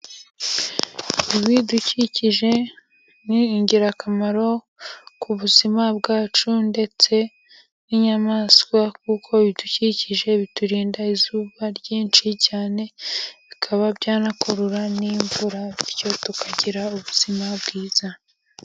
Ibidukikije ni ingirakamaro ku buzima bwacu ndetse n'inyamaswa , kuko ibidukikije biturinda izuba ryinshi cyane bikaba byanakurura n'imvura bityo tukagira ubuzima bwiza.